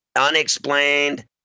unexplained